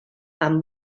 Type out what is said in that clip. amb